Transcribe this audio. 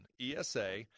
ESA